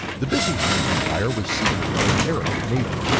the byzantine empire was seized by the arabic navy.